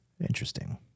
Interesting